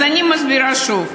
אז אני מסבירה שוב.